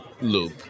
loop